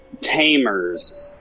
tamers